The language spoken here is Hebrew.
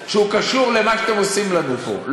שקשור למה שאתם עושים לנו פה,